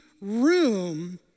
room